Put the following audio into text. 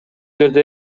жерде